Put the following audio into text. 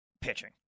pitching